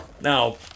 Now